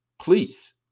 Please